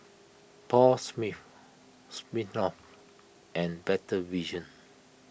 Paul Smith Smirnoff and Better Vision